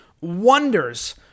wonders